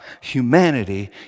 humanity